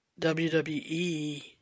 WWE